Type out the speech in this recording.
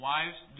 Wives